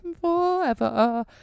forever